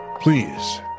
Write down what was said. please